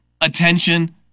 attention